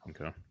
Okay